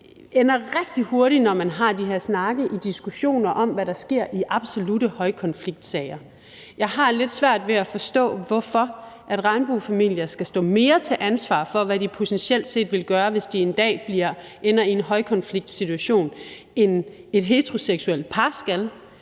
ender rigtig hurtigt, når vi har de her snakke, i diskussioner om, hvad der sker i absolutte højkonfliktsager. Jeg har lidt svært ved at forstå, hvorfor regnbuefamilier skal stå mere til ansvar for, hvad de potentielt set ville gøre, hvis de en dag ender i en højkonfliktsituation, end et heteroseksuelt par skal.